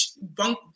bunk